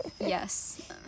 Yes